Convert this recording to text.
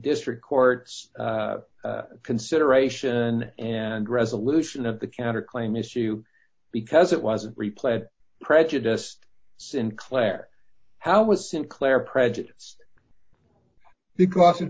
district courts consideration and resolution of the counterclaim issue because it wasn't replied prejudiced sinclair how was sinclair prejudiced because